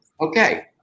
okay